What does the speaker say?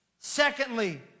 Secondly